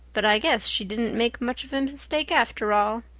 but i guess she didn't make much of a mistake after all.